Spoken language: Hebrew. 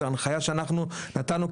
זו הנחייה שאנחנו נתנו,